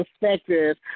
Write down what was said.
perspective